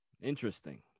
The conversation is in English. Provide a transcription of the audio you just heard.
Interesting